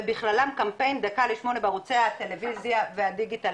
ובכללם קמפיין דקה לשמונה בערוצי הטלוויזיה והדיגיטל,